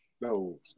No